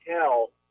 tell